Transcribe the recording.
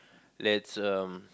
that's um